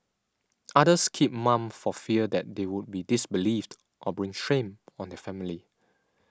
others keep mum for fear that they would be disbelieved or bring shame on their family